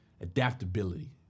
adaptability